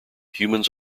humans